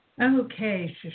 Okay